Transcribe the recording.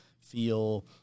feel